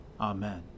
Amen